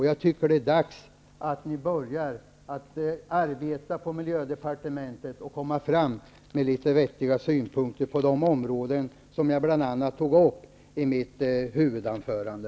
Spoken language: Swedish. Jag tycker att det är dags att ni börjar arbeta på miljödepartementet och kommer fram med litet vettiga synpunkter, bl.a. på de områden som jag tog upp i mitt huvudanförande.